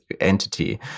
entity